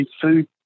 food